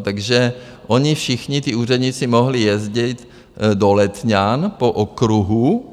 Takže oni všichni ti úředníci mohli jezdit do Letňan po okruhu,